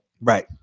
Right